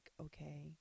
okay